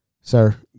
Sir